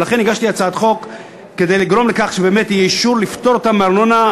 ולכן הגשתי הצעת חוק כדי לגרום לכך שיהיה אישור לפטור אותם מארנונה.